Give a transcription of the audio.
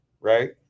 right